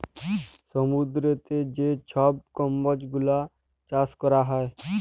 সমুদ্দুরেতে যে ছব কম্বজ গুলা চাষ ক্যরা হ্যয়